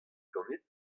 ganit